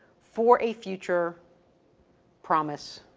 for a future promise